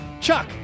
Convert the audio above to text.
Chuck